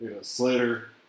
Slater